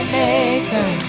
maker